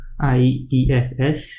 IEFS